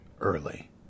early